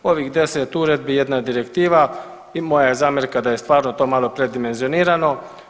Ovih 10 uredbi, jedna je direktiva i moja je zamjerka da je stvarno to malo predimenzionirano.